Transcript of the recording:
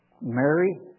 Mary